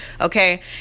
Okay